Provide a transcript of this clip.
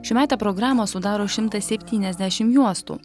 šiųmetę programą sudaro šimtas septyniasdešim juostų